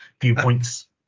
viewpoints